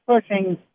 pushing